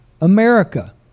America